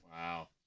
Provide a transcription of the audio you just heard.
Wow